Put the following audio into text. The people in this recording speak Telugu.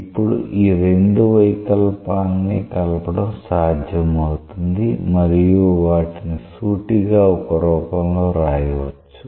ఇప్పుడు ఈ రెండు వైకల్పాలని కలపడం సాధ్యమవుతుంది మరియు వాటిని సూటిగా ఒక రూపంలో రాయవచ్చు